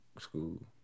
school